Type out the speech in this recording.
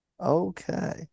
Okay